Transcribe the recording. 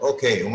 Okay